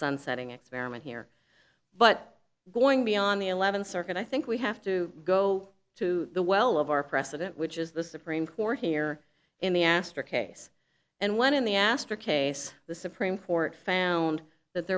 sunsetting experiment here but going beyond the eleventh circuit i think we have to go to the well of our precedent which is the supreme court here in the astor case and one in the astra case the supreme court found that